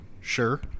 Sure